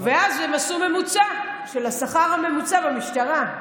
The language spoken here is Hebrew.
ואז הם עשו ממוצע של השכר הממוצע במשטרה.